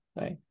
right